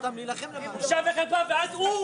ואז הוא,